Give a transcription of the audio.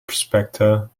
prospector